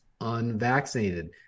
unvaccinated